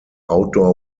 outdoor